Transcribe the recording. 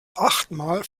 achtmal